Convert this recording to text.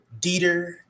Dieter